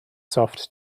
soft